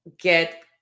get